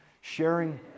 Sharing